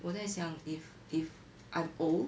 我在想 if if I'm old